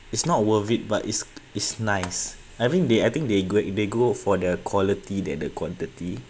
it's not worth it but it's it's nice having there I think they're good in they go for the quality than the quantity